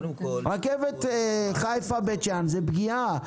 רכבת חיפה בית שאן זו פגיעה.